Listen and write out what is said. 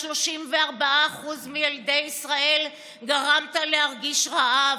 ל-34% מילדי ישראל גרמת להרגיש רעב.